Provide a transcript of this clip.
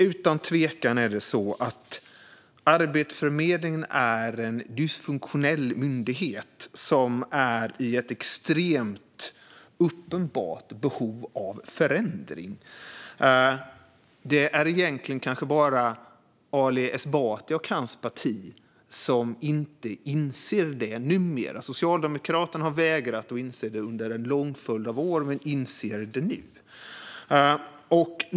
Utan tvekan är det så att Arbetsförmedlingen är en dysfunktionell myndighet som är i ett extremt uppenbart behov av förändring. Det är egentligen kanske bara Ali Esbati och hans parti som inte inser det numera. Socialdemokraterna har vägrat att inse det under en lång följd av år men inser det nu.